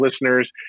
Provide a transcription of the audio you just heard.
listeners